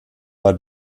war